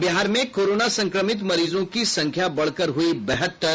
और बिहार में कोरोना संक्रमित मरीजों की संख्या बढ़कर हुई बहत्तर